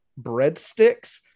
breadsticks